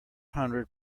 hundred